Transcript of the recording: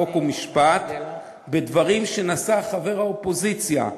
חוק ומשפט בדברים שנשא חבר האופוזיציה,